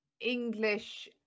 English